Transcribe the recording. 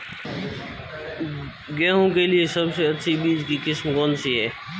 गेहूँ के लिए सबसे अच्छी बीज की किस्म कौनसी है?